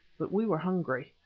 but we were hungry.